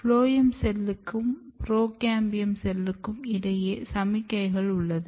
phloem செல்லுக்கும் procambium செல்லுக்கும் இடையே சமிக்ஞைகள் உள்ளது